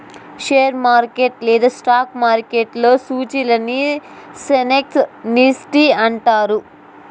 share market లేదా stock మార్కెట్లో సూచీలని సెన్సెక్స్ నిఫ్టీ అంటారు